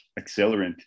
accelerant